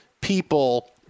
people